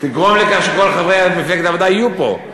תגרום לכך שכל חברי מפלגת העבודה יהיו פה.